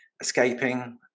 escaping